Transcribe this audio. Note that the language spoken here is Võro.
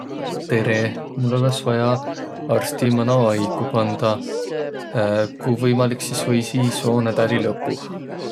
Tereq! Mul olõs vaia arsti mano aigo pandaq. Ku võimalik, sis võisiq seo nädäli lõpuh.